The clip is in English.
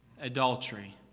adultery